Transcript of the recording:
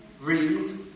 read